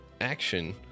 action